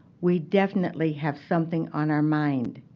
we definitely have something on our mind,